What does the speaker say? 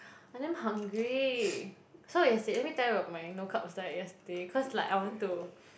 I damn hungry so yesterday let me tell you of my no carb diet yesterday cause like I want to